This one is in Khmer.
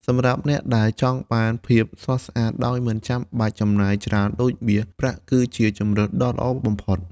សម្រាប់អ្នកដែលចង់បានភាពស្រស់ស្អាតដោយមិនចាំបាច់ចំណាយច្រើនដូចមាស ប្រាក់គឺជាជម្រើសដ៏ល្អបំផុត។